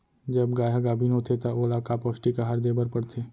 जब गाय ह गाभिन होथे त ओला का पौष्टिक आहार दे बर पढ़थे?